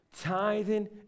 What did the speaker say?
Tithing